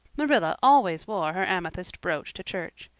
marilla always wore her amethyst brooch to church.